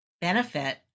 benefit